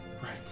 Right